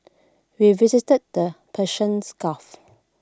we visited the Persian's gulf